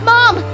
Mom